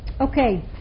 Okay